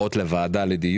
המהלך.